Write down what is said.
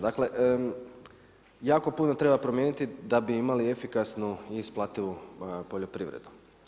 Dakle, jako puno treba promijeniti da bi imali efikasnu i isplativu poljoprivredu.